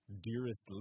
dearest